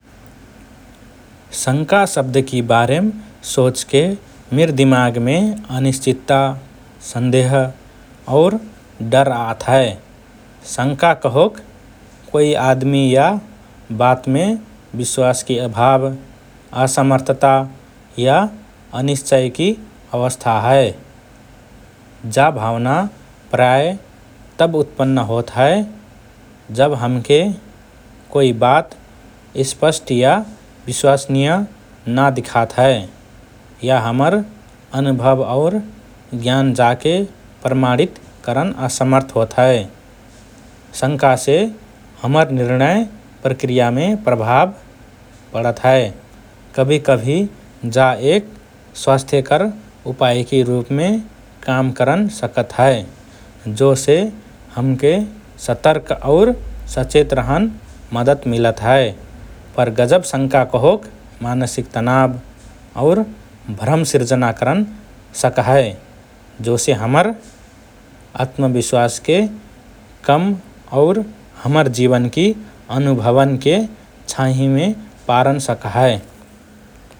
“शङ्का” शब्दकि बारेम सोचके मिर दिमागमे अनिश्चितता, सन्देह और डर आत हए । शङ्का कहोक कोइ आदमि या बात मे विश्वासकि अभाव, असमर्थता, या अनिश्चयकि अवस्था हए । जा भावना प्रायः तब उत्पन्न होत हए जब हमके कोइ बात स्पष्ट या विश्वसनीय ना दिखात हए या हमर अनुभव और ज्ञान जाके प्रमाणित करन असमर्थ होत हए । शङ्कासे हमर निर्णय प्रक्रियामे प्रभाव पडत हए । कभिकभि जा एक स्वास्थ्यकर उपायकि रुपमे काम करन सकत हए जोसे हमके सतर्क और सचेत रहन मद्दत मिलत हए । पर गजब शङ्का कहोक मानसिक तनाव और भ्रम सिर्जना करन सक्हए जोसे हमर आत्मविश्वासके कम और हमर जीवनकि अनुभवन्के छाहिँमे पारन सक्हए ।